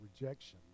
rejection